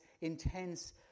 intense